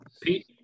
Pete